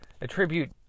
attribute